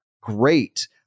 great